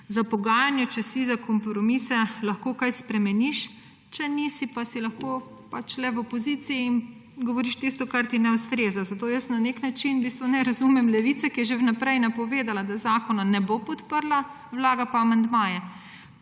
za pogajanja, če si za kompromise, lahko kaj spremeniš. Če nisi, pa si lahko pač le v opoziciji in govoriš tisto, kar ti ne ustreza. Zato jaz na nek način v bistvu ne razumem Levice, ki je že vnaprej napovedala, da zakona ne bo podprla, vlaga pa amandmaje.